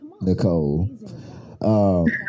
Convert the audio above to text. Nicole